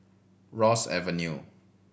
Ross Avenue